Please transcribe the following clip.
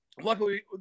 Luckily